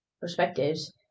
perspectives